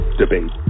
debate